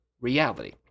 reality